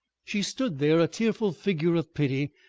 she stood there, a tearful figure of pity,